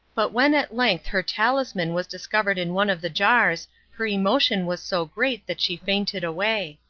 but when at length her talisman was discovered in one of the jars her emotion was so great that she fainted away.